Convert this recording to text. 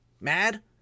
mad